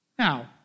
Now